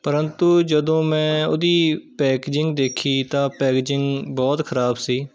ਪ੍ਰੰਤੂ ਜਦੋਂ ਮੈਂ ਉਹਦੀ ਪੈਕਜਿੰਗ ਦੇਖੀ ਤਾਂ ਪੈਕਜਿੰਗ ਬਹੁਤ ਖ਼ਰਾਬ ਸੀ